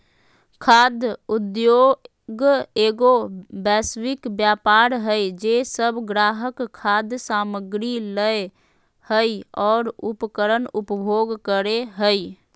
खाद्य उद्योगएगो वैश्विक व्यापार हइ जे सब ग्राहक खाद्य सामग्री लय हइ और उकर उपभोग करे हइ